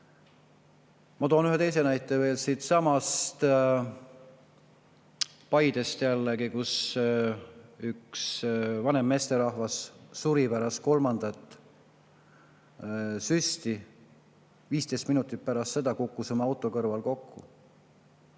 Ma toon ühe näite veel, Paidest jällegi, kus üks vanem meesterahvas suri pärast kolmandat süsti, 15 minutit pärast seda kukkus oma auto kõrval kokku.